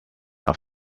are